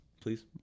please